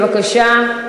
בבקשה,